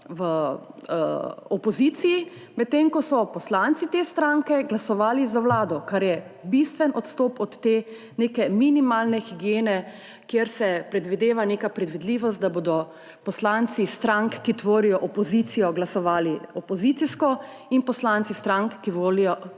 v opoziciji; medtem ko so poslanci te stranke glasovali za vlado, kar je bistven odstop od neke minimalne higiene, kjer se predvideva neka predvidljivost, da bodo poslanci strank, ki tvorijo opozicijo, glasovali opozicijsko; in poslanci strank, ki tvorijo koalicijo,